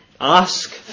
Ask